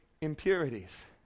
impurities